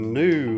new